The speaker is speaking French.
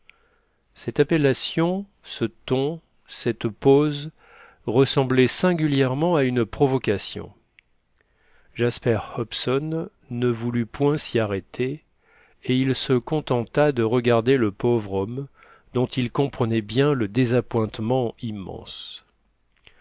cette appellation ce ton cette pose ressemblaient singulièrement à une provocation jasper hobson ne voulut point s'y arrêter et il se contenta de regarder le pauvre homme dont il comprenait bien le désappointement immense